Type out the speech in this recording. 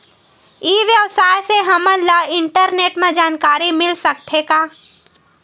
ई व्यवसाय से हमन ला इंटरनेट मा जानकारी मिल सकथे का?